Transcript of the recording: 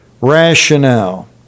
rationale